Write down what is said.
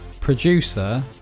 producer